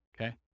Okay